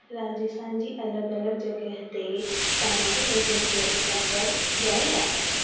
राजस्थान जी अलॻि अलॻि जॻह ते सामाजिक ऐं संस्कृतिक अंतर घणेई आहिनि